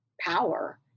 power